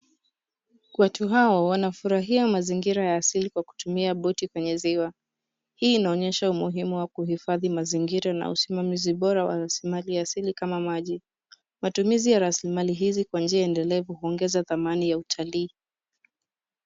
Watu hao wanafurahia mazingira ya asili kwa kutumia boti kwenye ziwa. Hii inaonyesha umuhimu wa kuhifadhi mazingira na usimamizi bora wa rasili mali asili kama maji. Matumizi ya rasili mali hizi kwa njia endelevu huongeza dhamani ya utalii.